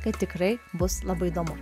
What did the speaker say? kad tikrai bus labai įdomu